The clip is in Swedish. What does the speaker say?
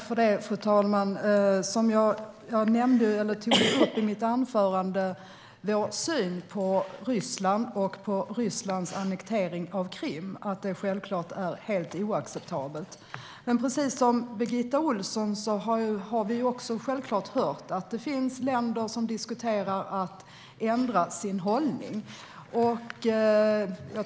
Fru talman! I mitt anförande tog jag upp vår syn på Ryssland och Rysslands annektering av Krim. Det är självklart helt oacceptabelt. Vi har, precis som Birgitta Ohlsson, hört att det finns länder som diskuterar att ändra sin hållning.